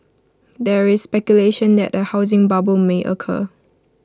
there is speculation that A housing bubble may occur